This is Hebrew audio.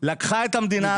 לקחה את המדינה הזאת